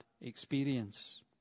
experience